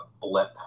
blip